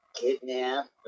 Kidnapped